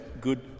Good